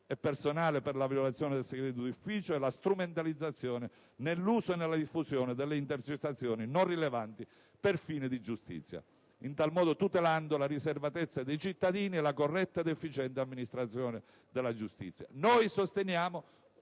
e personale per la violazione del segreto d'ufficio e la strumentalizzazione nell'uso e nella diffusione delle intercettazioni non rilevanti per fini di giustizia, in tal modo tutelando la riservatezza dei cittadini e la corretta ed efficiente amministrazione della giustizia.